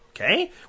okay